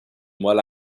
while